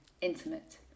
intimate